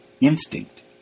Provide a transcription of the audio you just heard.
instinct